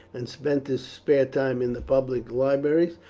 and spent his spare time in the public libraries,